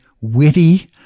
witty